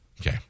Okay